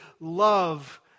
love